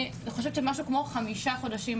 אני חושבת שמשהו כמו חמישה חודשים,